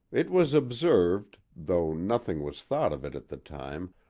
it was observed though nothing was thought of it at the time,